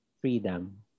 freedom